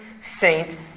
saint